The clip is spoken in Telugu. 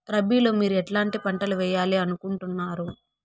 రబిలో మీరు ఎట్లాంటి పంటలు వేయాలి అనుకుంటున్నారు?